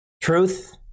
Truth